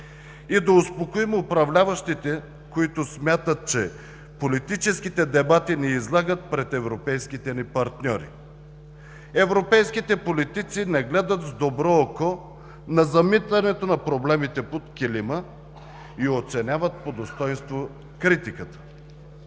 и да успокоим управляващите, които смятат, че политическите дебати ни излагат пред европейските ни партньори. Европейските политици не гледат с добро око на замитането на проблемите под килима и оценяват по достойнство критиката.